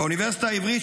באוניברסיטה העברית,